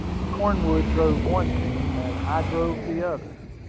cornwood drove one team, and i drove the other.